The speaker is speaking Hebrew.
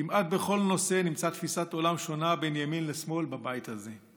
כמעט בכל נושא נמצא תפיסת עולם שונה בין ימין לשמאל בבית הזה.